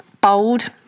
bold